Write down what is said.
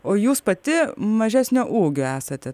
o jūs pati mažesnio ūgio esate